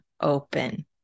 open